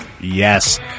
Yes